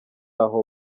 aho